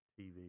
TV